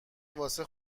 واسه